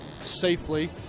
safely